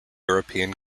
european